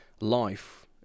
life